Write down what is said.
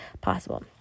possible